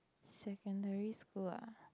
secondary school ah